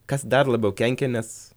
kas dar labiau kenkia nes